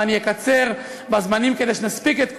ואני אקצר בזמנים כדי שנספיק את כולם,